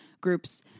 groups